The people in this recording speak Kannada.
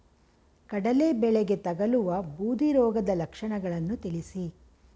ಕಡಲೆ ಬೆಳೆಗೆ ತಗಲುವ ಬೂದಿ ರೋಗದ ಲಕ್ಷಣಗಳನ್ನು ತಿಳಿಸಿ?